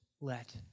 let